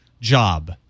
job